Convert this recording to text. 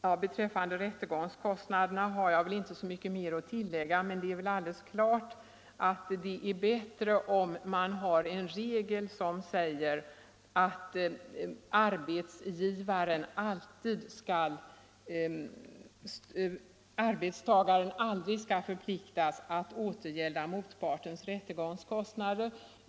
Vad beträffar rättegångskostnaderna har jag väl inte så mycket mer att tillägga, men det är väl alldeles klart att det är bättre för arbetstagaren med en regel som säger att arbetstagaren aldrig kan förpliktas att återgälda motpartens rättegångskostnader.